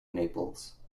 naples